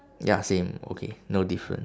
ya same okay no different